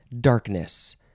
Darkness